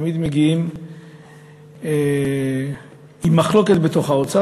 תמיד מגיעים עם מחלוקת בתוך האוצר,